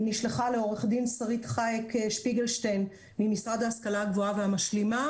היא נשלחה לעו"ד שרית חאיק שפיגלשטיין ממשרד ההשכלה הגבוהה והמשלימה